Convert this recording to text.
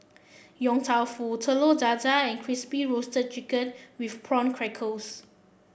Yong Tau Foo Telur Dadah and Crispy Roasted Chicken with Prawn Crackers